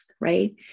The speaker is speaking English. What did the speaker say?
right